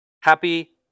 Happy